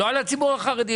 לא על הציבור החרדי,